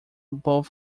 both